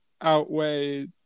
outweigh